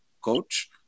coach